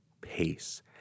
pace